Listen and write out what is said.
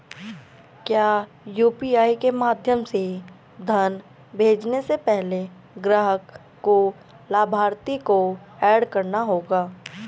क्या यू.पी.आई के माध्यम से धन भेजने से पहले ग्राहक को लाभार्थी को एड करना होगा?